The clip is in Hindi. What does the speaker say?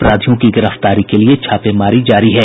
अपराधियों की गिरफ्तारी के लिए छापेमारी जारी है